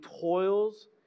toils